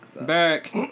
Back